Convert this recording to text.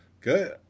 Good